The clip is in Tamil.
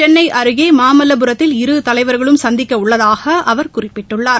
சென்னை அருகே மாமல்லபுரத்தில் இரு தலைவர்களும் சந்திக்க உள்ளதாக அவர் குறிப்பிட்டுள்ளார்